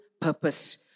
purpose